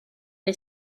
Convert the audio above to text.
les